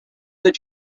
that